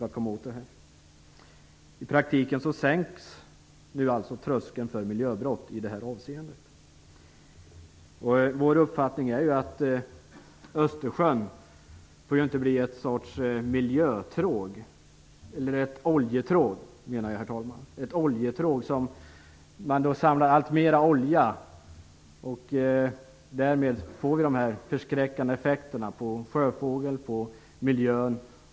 I praktiken sänks nu alltså tröskeln för miljöbrott i detta avseende. Vår uppfattning är att Östersjön inte får bli någon sorts oljetråg som samlar alltmer olja, vilket ger förskräckande effekter på sjöfågel och miljö.